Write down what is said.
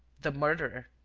the murderer.